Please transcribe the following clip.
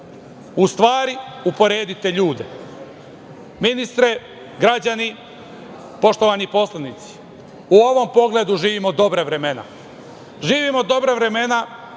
U stvari, uporedite ljude. Ministre, građani, poštovani poslanici, u ovom pogledu živimo dobra vremena. Živimo dobra vremena,